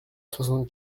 soixante